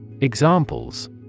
Examples